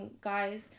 guys